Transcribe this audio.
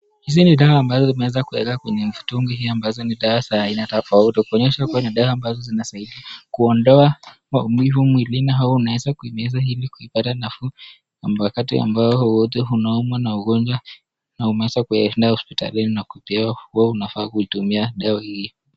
Hizi ni dawa ambazo zimeweza kuwekwa kwa mtungi hii, ambazo ni dawa za aina tofauti, kuonyesha kuwa ni dawa ambazo zinasaidia kuondoa maumivu mwilini, au unaweza kuimeza ili kupata nafuu wakati ambao wowote unaumwa na umeweza kuenda hospitalini, ndio unafaa kuitumia dawa hii.